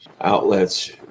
outlets